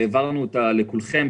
שהעברנו אותה לכולכם,